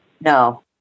no